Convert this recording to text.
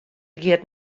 giet